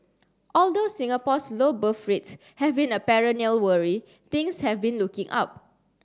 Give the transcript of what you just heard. although Singapore's low birth rates have been a perennial worry things have been looking up